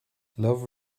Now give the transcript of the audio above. love